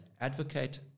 advocate